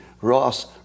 Ross